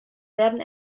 werden